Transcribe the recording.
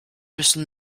müssen